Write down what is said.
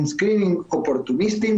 עם סקרינינג אופורטוניסטים,